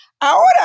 ahora